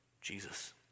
Jesus